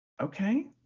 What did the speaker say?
Okay